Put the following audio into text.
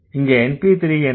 இங்க NP3 என்ன